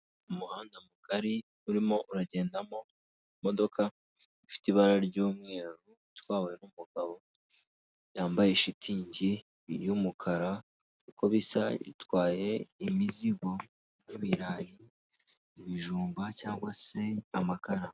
Umuhanda mugari, urimo uragendamo imodoka ifite ibara ry'umweru, itwawe n'umugabo yambaye shitingi y'umukara, uko bisa itwaye imizigo nk'ibirayi, ibijumba cyangwa se amakara.